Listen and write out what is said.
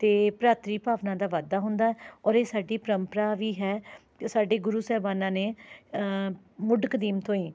ਅਤੇ ਭਰਾਤਰੀ ਭਾਵਨਾ ਦਾ ਵਾਧਾ ਹੁੰਦਾ ਔਰ ਇਹ ਸਾਡੀ ਪਰੰਪਰਾ ਵੀ ਹੈ ਅਤੇ ਸਾਡੇ ਗੁਰੂ ਸਹਿਬਾਨਾਂ ਨੇ ਮੁੱਢ ਕਦੀਮ ਤੋਂ ਹੀ